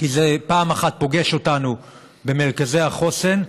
כי זה פעם אחת פוגש אותנו במרכזי החוסן,